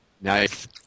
Nice